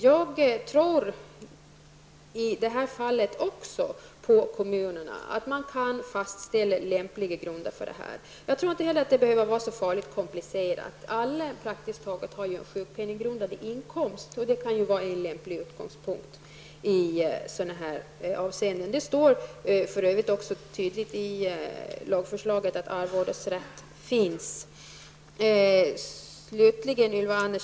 Jag tror i det här fallet också på kommunerna, att de kan fastställa lämpliga regler. Jag tror inte att det behöver vara så förfärligt komplicerat. Praktiskt taget alla har ju en sjukpenninggrundande inkomst, och det kan vara en lämplig utgångspunkt i sådana här avseenden. Det står för övrigt också tydligt i lagförslaget att arvodesrätt finns.